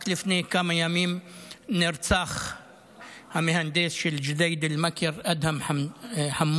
רק לפני כמה ימים נרצח המהנדס של ג'דיידה-מכר אדהם חמוד,